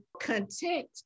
content